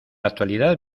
actualidad